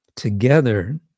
together